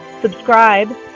subscribe